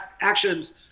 actions